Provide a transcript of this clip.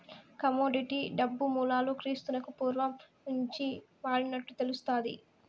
commodity డబ్బు మూలాలు క్రీస్తునకు పూర్వం నుంచే వాడినట్లు తెలుస్తాది